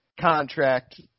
contract